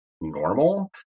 normal